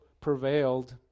prevailed